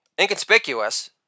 inconspicuous